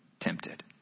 tempted